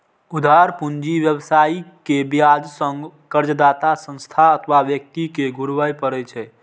उधार पूंजी व्यवसायी कें ब्याज संग कर्जदाता संस्था अथवा व्यक्ति कें घुरबय पड़ै छै